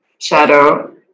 shadow